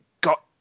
got